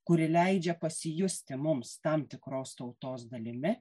kuri leidžia pasijusti mums tam tikros tautos dalimi